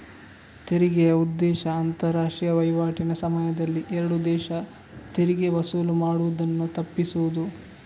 ತೆರಿಗೆಯ ಉದ್ದೇಶ ಅಂತಾರಾಷ್ಟ್ರೀಯ ವೈವಾಟಿನ ಸಮಯದಲ್ಲಿ ಎರಡು ದೇಶ ತೆರಿಗೆ ವಸೂಲು ಮಾಡುದನ್ನ ತಪ್ಪಿಸುದು